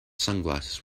sunglasses